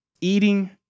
Eating